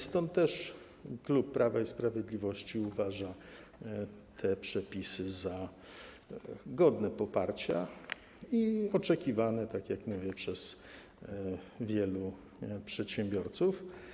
Stąd też klub Prawa i Sprawiedliwości uważa te przepisy za godne poparcia i oczekiwane, tak jak mówię, przez wielu przedsiębiorców.